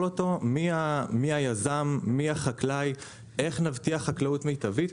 מי היזם; מי החקלאי; איך נבטיח חקלאות מיטבית.